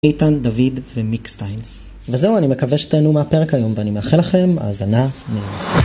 איתן, דוד ומיק סטיינס וזהו, אני מקווה שתהנו מהפרק היום ואני מאחל לכם האזנה מהנה